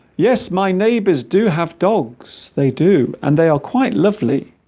yes my neighbors do have dogs they do and they are quite lovely